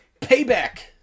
Payback